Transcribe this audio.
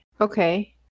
Okay